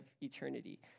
eternity